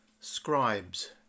scribes